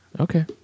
okay